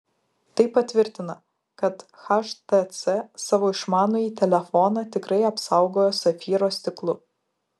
tai patvirtina kad htc savo išmanųjį telefoną tikrai apsaugojo safyro stiklu